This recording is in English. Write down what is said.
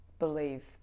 believe